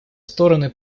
стороны